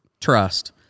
Trust